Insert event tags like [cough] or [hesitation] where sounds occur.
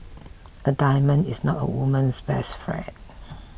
a diamond is not a woman's best friend [hesitation]